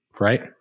right